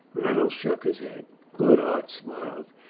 reynolds shook his head goodhart smiled.